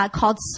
called